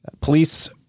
Police